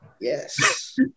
Yes